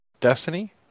Destiny